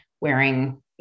wearing